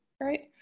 Right